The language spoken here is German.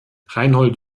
reinhold